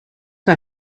que